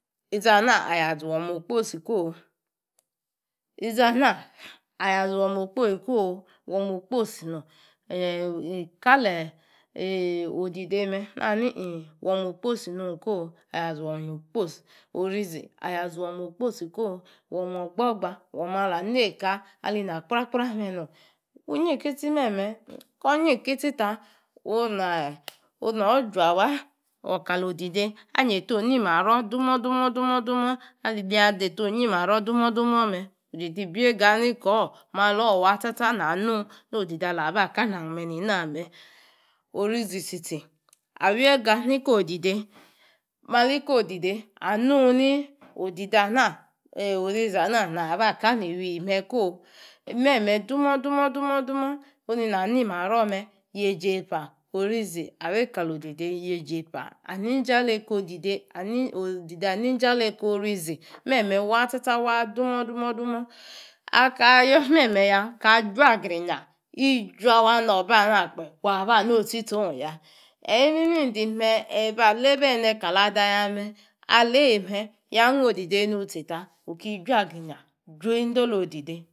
Ezana Ayazwo̱ma okposi ko Ezana Ayazwo̱ma okposi ko Wo̱ma okposi nom. kale odide me ahani wo̱ma okposi nom. Orizi aya zwo̱ma okposi ko, wo̱ma ogbo̱gba, wo̱ma ogbo̱gb wo̱ma alaneka kprakpra me num. Wu̱nngkisti meme, ko-nrykisti ta onu no̱ jwawa awor Kalo-dixe anyeta onimaror dumor dumor me. Anyeta obiega ni kor malor wasta sta na nung no dide alawor abakanung me nina me. Orizi tsi tsi awiega, nikk odide, malikodide a nung ni ni ori zi ana na ba ka niwi me ko. Meme dumo̱ dumo̱ dumo̱ onu na nimaro̱ me Yeji epa orizi are̱ Kalodide, yeji epa ani injaleka odide odide anu injaleka orizi meme wasta sta dumo dumo dumo. Aka yo̱meme ya Aka jwagrinja ijwa-wa no̱be̱ ame kpe, waba-nosti-sti owng-ya. Eyi imime indim me, Eyi bs leba ene kalada yame, aleyme, ya ngo odidi nusti ta oki jwagringa juwa ni indola odide.